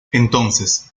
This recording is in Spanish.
entonces